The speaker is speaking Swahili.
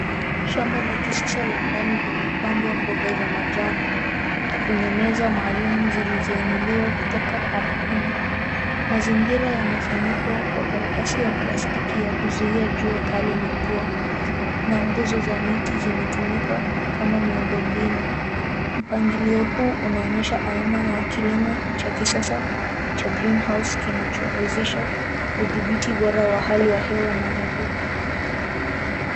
Shamba la kisasa la ndani limepandwa mboga za majani, kwenye meza maalum zilizoinuliwa kutoka ardhini. Mazingira yamefunikwa kwa karatasi ya plastiki ya kuzuia jua kali na mvua, na nguzo za miti zimetumika kama miundombinu. Mpangilio huu unaonyesha aina ya kilimo cha kisasa cha greenhouse kinachowezesha udhibiti bora wa hali ya hewa na wadudu.